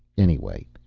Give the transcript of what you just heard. anyway,